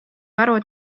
aru